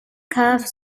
curved